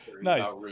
Nice